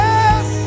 Yes